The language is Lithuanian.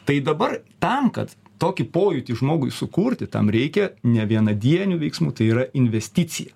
tai dabar tam kad tokį pojūtį žmogui sukurti tam reikia nevienadienių veiksmų tai yra investicija